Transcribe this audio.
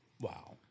Wow